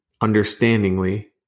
understandingly